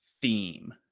theme